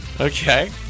Okay